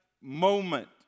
moment